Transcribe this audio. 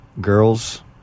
girls